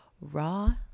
raw